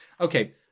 Okay